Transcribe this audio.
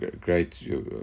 great